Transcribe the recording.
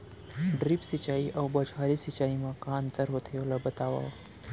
Drip सिंचाई अऊ बौछारी सिंचाई मा का अंतर होथे, ओला बतावव?